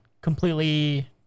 completely